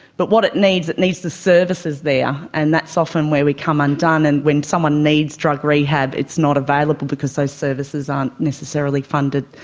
but what it needs, it needs the services there, and that's often where we come undone, and when someone needs drug rehab it's not available because those services aren't necessarily funded.